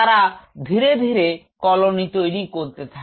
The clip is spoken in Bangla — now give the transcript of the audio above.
তারা ধীরে ধীরে কলোনি তৈরি করতে থাকে